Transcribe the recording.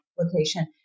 location